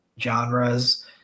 genres